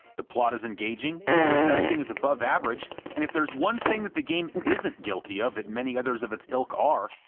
the plot is engaging, the voice acting is above average, and if there's one thing that the game isn't guilty of that many others of its ilk are,